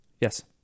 Yes